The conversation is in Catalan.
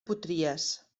potries